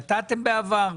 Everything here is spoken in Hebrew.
נתתם בעבר?